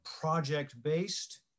project-based